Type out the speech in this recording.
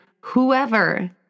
whoever